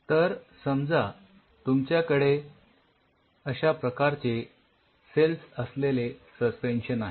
तर समजा तुमच्याकडे अश्या प्रकारचे सेल्स असलेले सस्पेन्शन आहे